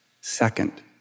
Second